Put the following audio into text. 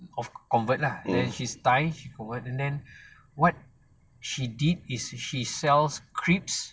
of convert lah then she's thai she convert and then what she did is she sells crepes